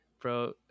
Bro